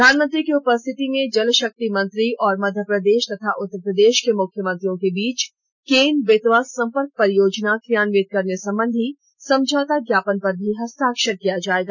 प्रधानमंत्री की उपस्थिति में जल शक्ति मंत्री और मध्य प्रदेश तथा उत्तर प्रदेश के मुख्यमंत्रियों के बीच केन बेतवा संपर्क परियोजना क्रियान्वित करने संबंधी समझौता ज्ञापन पर भी हस्ताक्षर किया जाएगा